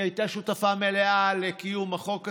היא הייתה שותפה מלאה לקיום החוק הזה.